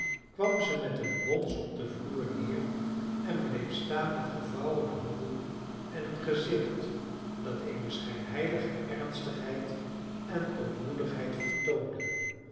kwam ze met een bons op den vloer neer en bleef staan met gevouwen handen en een gezicht dat eene schijnheilige ernstigheid en ootmoedigheid vertoonde